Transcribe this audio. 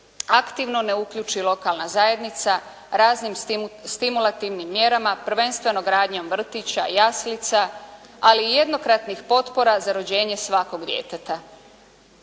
aktivno ne uključi lokalna zajednica raznim stimulativnim mjerama prvenstveno gradnjom vrtića, jaslica, ali i jednokratnih potpora za rođenje svakog djeteta.